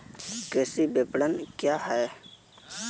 कृषि विपणन क्या है?